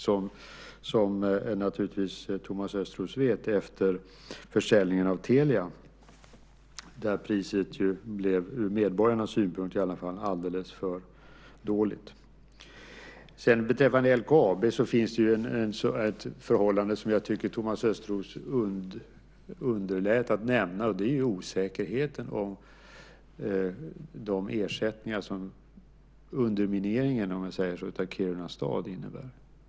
Det vet naturligtvis Thomas Östros efter försäljningen av Telia, där priset, ur medborgarnas synpunkt i alla fall, blev alldeles för dåligt. Beträffande LKAB finns det ett förhållande som jag tycker att Thomas Östros underlät att nämna, och det är osäkerheten om de ersättningar som undermineringen - om man säger så - av Kiruna stad innebär.